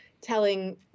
telling